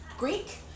Greek